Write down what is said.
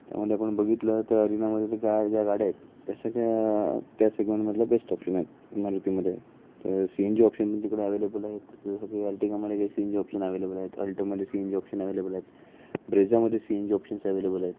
त्यामध्ये आपण बघितलं तर अरिनामध्ये ते काय ज्या गाड्या आहेत त्या सगळ्या त्या सेगमेंटमधल्या बेस्ट ऑप्शन आहेत मारुतीमध्ये तर सी एन जी ऑप्शन पण तिकडे ॲवेलेबल आहेत जसं की अल्टिगामध्ये काही C N G option available आहेत अल्टोमध्ये C N G option available आहेत ब्रेझामध्ये C N G options available आहेत